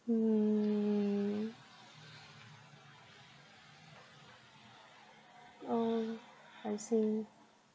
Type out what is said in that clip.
mm oh I see